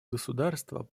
государства